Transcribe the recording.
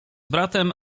bratem